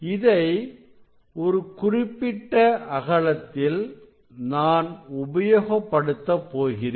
இதை ஒரு குறிப்பிட்ட அகலத்தில் நான் உபயோகப்படுத்த போகிறேன்